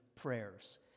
prayers